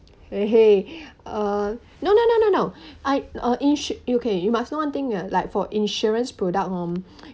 !hey! uh no no no no no I uh ins~ okay you must know one thing like for insurance product hor